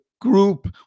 group